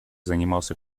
занимался